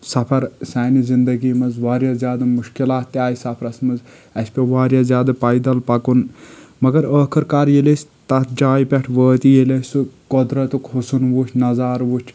سفر سانہِ زِنٛدگی منٛز واریاہ زیٛادٕ مُشکِلات تہِ آے سفرس منٛز اَسہِ پیٚو واریاہ زیٛادٕ پیدل پکُن مگر أخٕر کار ییٚلہِ أسۍ تَتھ جایہِ پٮ۪ٹھ وأتۍ ییٚلہِ اَسہِ سُہ قۄدرتُک حُسن وُچھ نظارٕ وُچھ